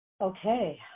Okay